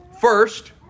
First